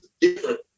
different